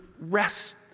rest